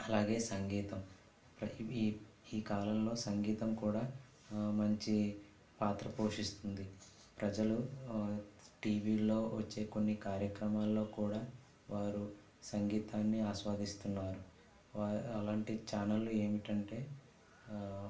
అలాగే సంగీతం ఇవి ఈ కాలంలో సంగీతం కూడా మంచి పాత్ర పోషిస్తుంది ప్రజలు టీవిలో వచ్చే కొన్ని కార్యక్రమాల్లో కూడా వారు సంగీతాన్ని ఆస్వాదిస్తున్నారు వా అలాంటి ఛానళ్ళు ఏమిటంటే